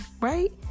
Right